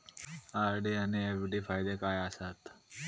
RD आनि FD फायदे काय आसात?